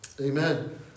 Amen